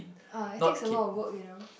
uh it takes a lot of work you know